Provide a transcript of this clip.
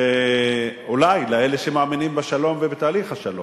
אולי לאלה שמאמינים בשלום ובתהליך השלום.